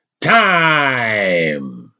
time